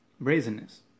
brazenness